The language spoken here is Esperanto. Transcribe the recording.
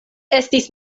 estis